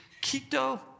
Quito